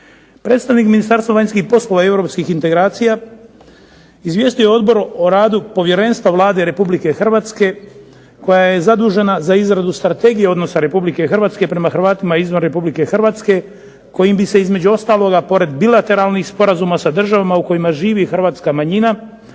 Predstavnik Ministarstva vanjskih poslova i europskih integracija izvijestio je Odbor o radu Povjerenstva Vlade Republike Hrvatske koja je zadužena za izradu Strategije odnosa Republike Hrvatske prema Hrvatima izvan Republike Hrvatske kojim bi se između ostaloga pored bilateralnih sporazuma sa državama u kojima živi hrvatska manjina